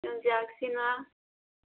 ꯌꯣꯡꯆꯥꯛꯁꯤꯅ